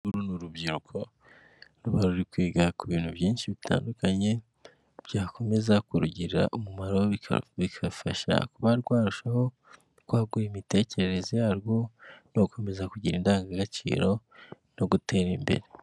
Uru ni urubyirukoba ruri kwiga ku bintu byinshi bitandukanye byakomeza kurugirira umumaro, bikarufasha kuba rwarushaho kwagura imitekerereze yarwo no gukomeza kugira indangagaciro no gutera imbere.